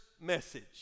message